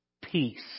peace